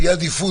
תהיה עדיפות.